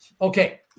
Okay